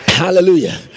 Hallelujah